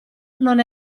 non